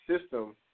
system